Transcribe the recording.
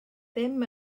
ddim